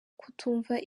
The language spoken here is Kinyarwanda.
kutumva